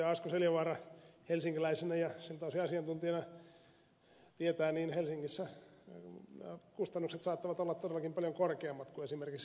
asko seljavaara helsinkiläisenä ja siltä osin asiantuntijana tietää että helsingissä kustannukset saattavat olla todellakin paljon korkeammat kuin esimerkiksi kemijärvellä